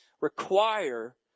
require